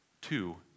Two